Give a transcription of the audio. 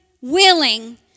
willing